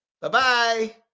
Bye-bye